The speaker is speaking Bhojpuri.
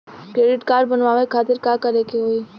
क्रेडिट कार्ड बनवावे खातिर का करे के होई?